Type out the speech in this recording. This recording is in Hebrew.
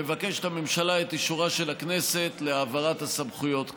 מבקשת הממשלה את אישורה של הכנסת להעברת הסמכויות כאמור.